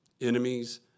enemies